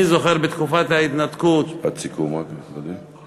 אני זוכר שבתקופת ההתנתקות, משפט סיכום רק, נכבדי.